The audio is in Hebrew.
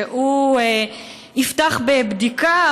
שהוא יפתח בבדיקה,